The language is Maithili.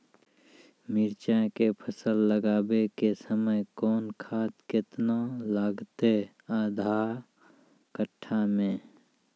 मिरचाय के फसल लगाबै के समय कौन खाद केतना लागतै आधा कट्ठा मे?